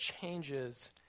changes